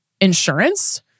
insurance